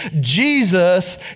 Jesus